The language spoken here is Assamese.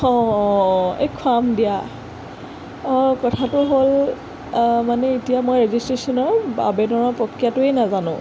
অঁ অঁ অঁ এই খোৱাম দিয়া অঁ কথাটো হ'ল মানে এতিয়া মই ৰেজিষ্ট্ৰেশ্যনৰ আবেদনৰ প্ৰক্ৰিয়াটোৱে নাজানো